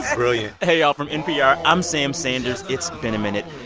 brilliant hey, y'all. from npr, i'm sam sanders. it's been a minute.